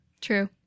True